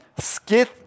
skith